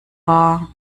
wahr